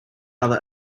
other